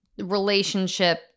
relationship